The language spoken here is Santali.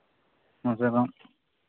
ᱠᱚᱢ ᱥᱮ ᱠᱚᱢ